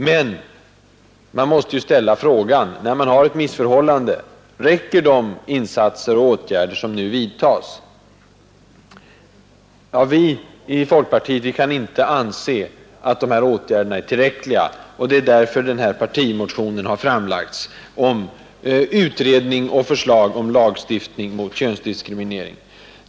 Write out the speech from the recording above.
Men man måste ändå ställa frågan om de åtgärder som vidtas är tillräckliga. Vi inom folkpartiet anser inte det. Därför har vi lagt fram partimotio 51 nen om utredning och förslag om lagstiftning mot könsdiskriminering.